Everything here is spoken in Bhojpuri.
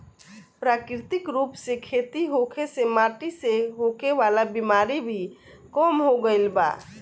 प्राकृतिक रूप से खेती होखे से माटी से होखे वाला बिमारी भी कम हो गईल बा